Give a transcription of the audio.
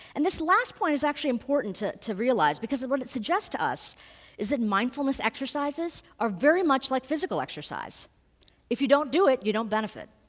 and this last point is actually important to to realize because of what it suggests to us is that mindfulness exercises are very much like physical exercise if you don't do it, you don't benefit.